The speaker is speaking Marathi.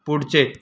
पुढचे